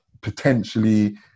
potentially